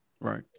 right